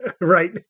right